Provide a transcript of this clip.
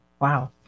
Wow